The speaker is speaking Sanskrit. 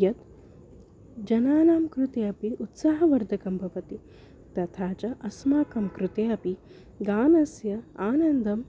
यत् जनानां कृते अपि उत्साहवर्धकं भवति तथा च अस्माकं कृते अपि गानस्य आनन्दम्